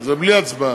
זה בלי הצבעה.